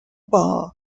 bar